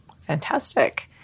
Fantastic